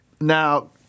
Now